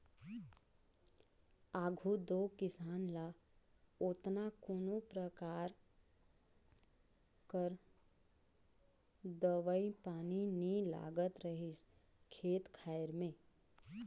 आघु दो किसान ल ओतना कोनो परकार कर दवई पानी नी लागत रहिस खेत खाएर में